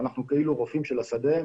ואנחנו כאילו רופאים של השדה,